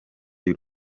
y’u